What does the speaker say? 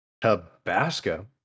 Tabasco